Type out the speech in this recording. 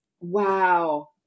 wow